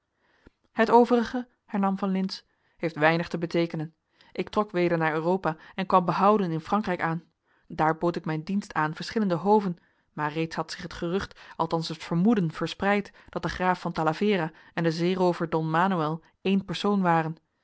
het overige hernam van lintz heeft weinig te beteekenen ik trok weder naar europa en kwam behouden in frankrijk aan daar bood ik mijn dienst aan verschillende hoven maar reeds had zich het gerucht althans het vermoeden verspreid dat de graaf van talavera en de zeeroover don manoël één persoon waren